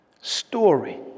story